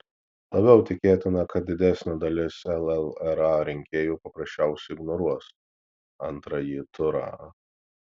labiau tikėtina kad didesnė dalis llra rinkėjų paprasčiausiai ignoruos antrąjį turą